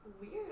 weird